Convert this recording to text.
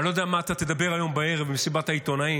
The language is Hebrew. אני לא יודע מה אתה תדבר היום בערב במסיבת העיתונאים.